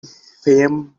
fayoum